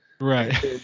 right